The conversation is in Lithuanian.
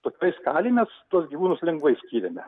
tokioj skalėj mes tuos gyvūnus lengvai skiriame